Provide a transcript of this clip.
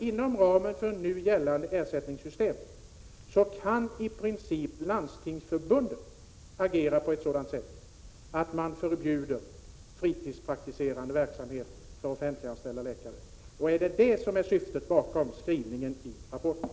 Inom ramen för nu gällande ersättningssystem kan Landstingsförbundet i princip agera på ett sådant sätt att man förbjuder fritidspraktiserande verksamhet för offentliganställda läkare. Är detta syftet bakom skrivningen i rapporten?